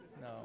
No